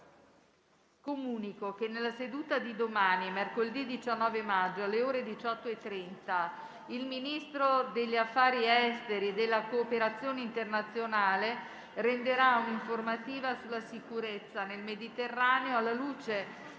Comunico che nella seduta di domani, mercoledì 19 maggio, alle ore 18,30, il Ministro degli affari esteri e della cooperazione internazionale renderà un'informativa sulla sicurezza nel Mediterraneo alla luce